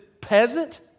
peasant